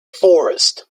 forest